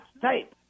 type